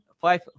five